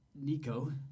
Nico